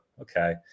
okay